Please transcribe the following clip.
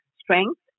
strength